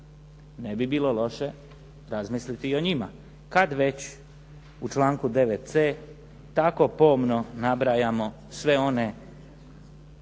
Ne bi bilo loše razmisliti i o njima kad već u članku 9.c tako pomno nabrajamo sve one